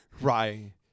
right